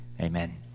Amen